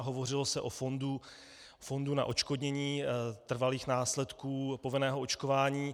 Hovořilo se o fondu na odškodnění trvalých následků povinného očkování.